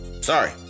Sorry